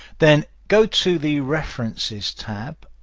then go to the references tab.